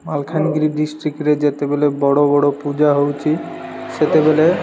ମାଲକାନଗିରି ଡିଷ୍ଟ୍ରିକ୍ରେ ଯେତେବେଳେ ବଡ଼ ବଡ଼ ପୂଜା ହଉଚି ସେତେବେଳେ